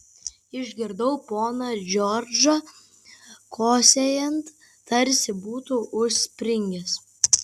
išgirdau poną džordžą kosėjant tarsi būtų užspringęs